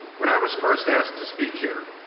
when i was first asked to speak here,